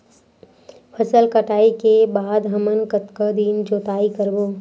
फसल कटाई के बाद हमन कतका दिन जोताई करबो?